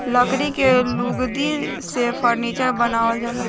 लकड़ी के लुगदी से फर्नीचर बनावल जाला